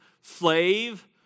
slave